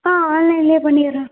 ஆ ஆன்லைனிலே பண்ணிடுறேன்